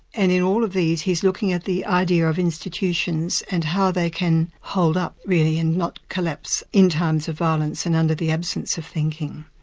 and in all of these he's looking at the idea of institutions and how they can hold up really and not collapse in times of violence and under the absence of thinking.